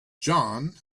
john